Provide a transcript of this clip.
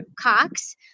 Cox